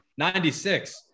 96